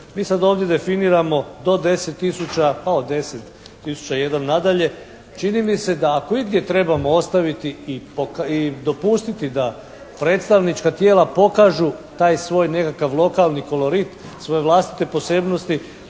mi sada ovdje definiramo do 10 tisuća pa od 10 tisuća i 1 nadalje čini mi se da ako igdje trebamo ostaviti i dopustiti da predstavnička tijela pokažu taj svoj nekakvi lokalni kolorit, svoje vlastite posebnosti